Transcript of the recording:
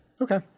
Okay